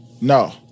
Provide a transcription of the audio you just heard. No